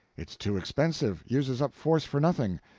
it's too expensive uses up force for nothing.